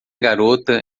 garota